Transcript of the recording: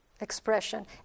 expression